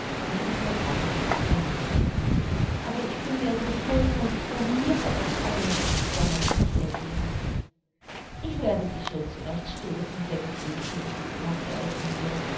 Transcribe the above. eine der rollen zu übernehmen aber ich bin ja so hölzern ich blamire euch alle jammerte ich vergebens ich werde dich schon zurecht stoßen gänseblümchen lachte eugenie